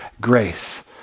grace